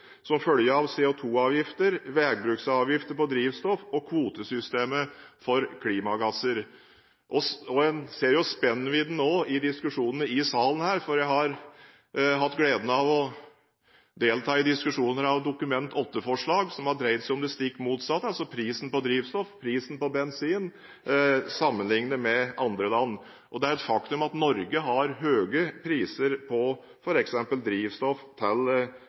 som følge av CO2-avgifter, vegbruksavgifter på drivstoff og kvotesystemet for klimagasser. En ser også spennvidden i diskusjonene i salen her. Jeg har hatt gleden av å delta i debatter om Dokument 8-forslag som har dreiet seg om det stikk motsatte, altså prisen på drivstoff, prisen på bensin, sammenlignet med andre land. Det er et faktum at Norge har høye priser på f.eks. drivstoff til